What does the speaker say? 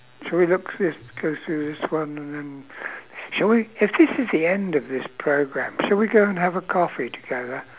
should we look just go through this one and then shall we if this is the end of this programme shall we go and have a coffee together